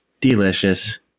Delicious